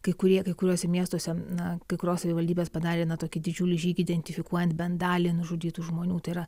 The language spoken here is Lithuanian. kai kurie kai kuriuose miestuose na kai kurios savivaldybės padarė na tokį didžiulį žygį identifikuojant bent dalį nužudytų žmonių tai yra